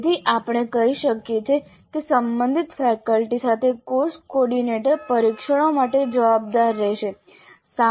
તેથી આપણે કહી શકીએ કે સંબંધિત ફેકલ્ટી સાથે કોર્સ કોઓર્ડિનેટર પરીક્ષણો માટે જવાબદાર રહેશે